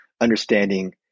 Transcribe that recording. understanding